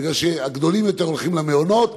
כי הגדולים יותר הולכים למעונות,